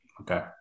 Okay